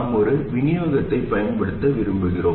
நாம் ஒரு விநியோகத்தைப் பயன்படுத்த விரும்புகிறோம்